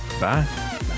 Bye